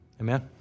Amen